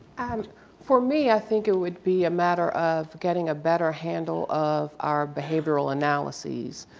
and for me, i think it would be a matter of getting a better handle of our behavioral analyses.